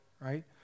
Right